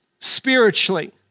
spiritually